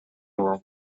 were